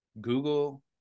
Google